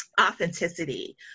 authenticity